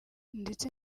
ndetse